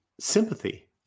sympathy